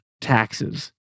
taxes